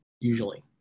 usually